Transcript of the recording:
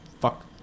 fuck